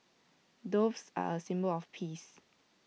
doves are A symbol of peace